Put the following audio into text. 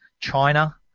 China